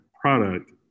product